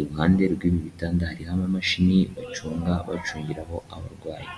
iruhande rw'ibi bitanda hari amamashini bacunga bacungiraho abarwayi.